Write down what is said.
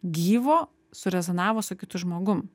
gyvo surezonavo su kitu žmogum